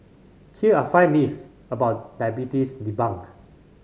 here are five myths about diabetes debunked